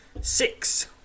Six